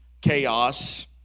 chaos